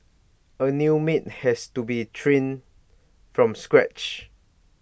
A new maid has to be trained from scratch